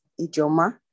Ijoma